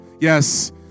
Yes